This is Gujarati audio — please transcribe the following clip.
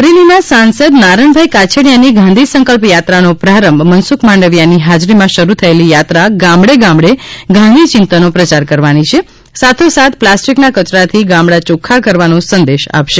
અમરેલીના સાંસદ નારણભાઈ કાછડીયાની ગાંધી સંકલ્પ યાત્રાનો પ્રારંભ મનસુખ માંડવીયાની હાજરીમાં શરૂ થયેલી યાત્રા ગામડે ગામડે ગાંધી ચિંતનનો પ્રચાર કરવાની છે સાથો સાથ પ્લાસ્ટિકના કચરાથી ગામડા ચોખ્ખાં કરવાનો સંદેશ આપશે